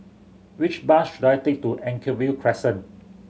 which bus should I take to Anchorvale Crescent